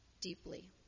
deeply